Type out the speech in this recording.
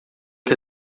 que